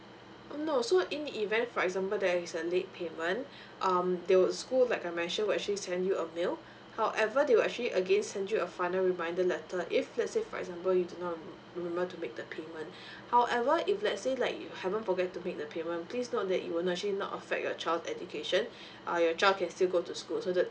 mm no so in the event for example there is a late payment um they would school like I mentioned will actually send you a mail however they will actually again send you a final reminder letter if let's say for example you do not remember to make the payment however if let's say like you haven't forget to make the payment please note that you actually not affect your child's education err your child can still go to school so that